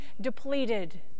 depleted